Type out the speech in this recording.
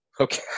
Okay